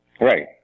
Right